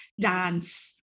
dance